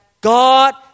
God